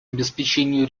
обеспечению